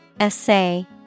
Essay